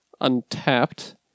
untapped